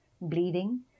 bleeding